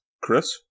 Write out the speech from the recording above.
Chris